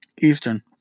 Eastern